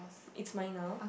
it's mine now